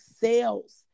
sales